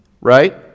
right